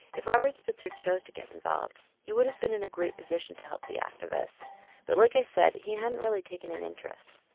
if robert spitzer chose to get involved, he would have been in a great position to help the activists but like i said he hadn't really taken an interest.